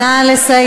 נא לסיים.